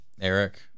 Eric